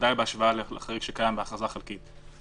ודאי בהשוואה לחריג שקיים בהכרזה חלקית.